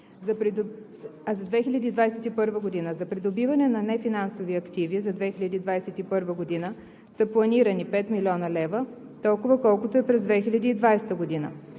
за придобиване на нефинансови активи за 2021 г. са планирани 5,0 млн. лв., толкова колкото е през 2020 г.